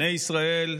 בני ישראל,